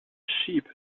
sheep